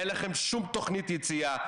אין לכם שום תוכנית יציאה,